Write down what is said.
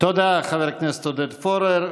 תודה, חבר הכנסת עודד פורר.